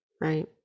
right